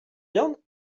viande